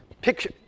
picture